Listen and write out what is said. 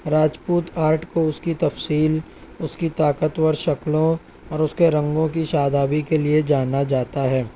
Rajput art کو اس کی تفصیل اس کی طاقتور شکلوں اور اس کے رنگوں کی شادابی کے لئے جانا جاتا ہے